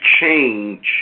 change